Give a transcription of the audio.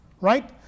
right